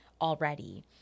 already